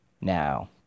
Now